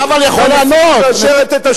והנשיאות מאשרת את השם.